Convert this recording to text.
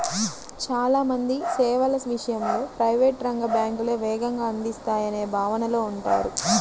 చాలా మంది సేవల విషయంలో ప్రైవేట్ రంగ బ్యాంకులే వేగంగా అందిస్తాయనే భావనలో ఉంటారు